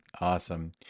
awesome